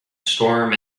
storm